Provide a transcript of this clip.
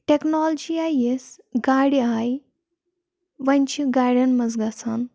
technology آیہِ یژھ گاڑِ آیہِ وۄنۍ چھِ گاڑٮ۪ن منٛز گژھان